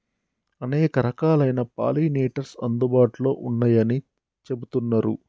అనేక రకాలైన పాలినేటర్స్ అందుబాటులో ఉన్నయ్యని చెబుతున్నరు